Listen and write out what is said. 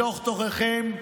בתוך-תוככם,